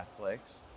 Netflix